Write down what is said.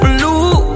Blue